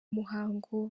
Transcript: muhango